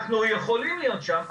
אנחנו יכולים להיות שם,